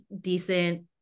decent